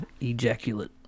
Ejaculate